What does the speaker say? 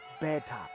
better